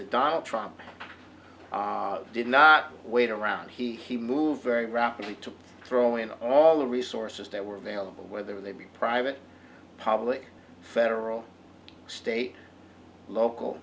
that donald trump did not wait around he he moved very rapidly to throwing all the resources that were available whether they be private or public federal state local